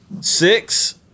Six